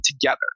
together